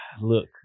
Look